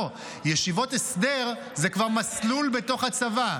לא, ישיבות הסדר זה כבר מסלול בתוך הצבא.